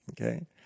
okay